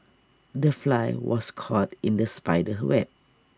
the fly was caught in the spider's web